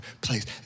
place